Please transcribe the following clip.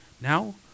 Now